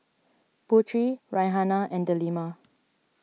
Putri Raihana and Delima